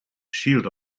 shield